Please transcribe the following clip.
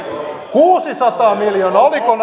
kuusisataa miljoonaa oliko